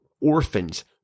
orphans